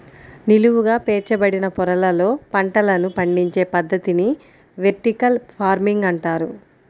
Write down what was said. నిలువుగా పేర్చబడిన పొరలలో పంటలను పండించే పద్ధతిని వెర్టికల్ ఫార్మింగ్ అంటారు